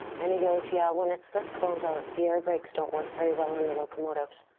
and he goes, yeah, when it's this cold out, the air brakes don't work very well on the locomotives.